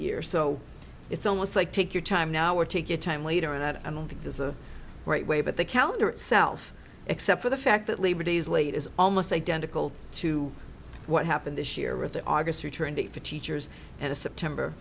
year so it's almost like take your time now or take your time later on that i don't think there's a right way but the calendar itself except for the fact that labor day is late is almost identical to what happened this year with the august returned it for teachers at a september